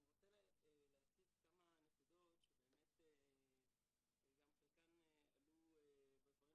אני רוצה להציף כמה נקודות שבאמת גם חלקן עלו בדברים